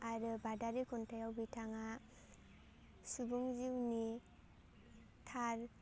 आरो बादारि खन्थाइयाव बिथाङा सुबुं जिउनि थार